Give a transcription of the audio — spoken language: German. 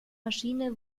maschine